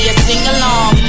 sing-along